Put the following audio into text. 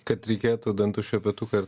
kad reikėtų dantų šepetuką ir